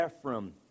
Ephraim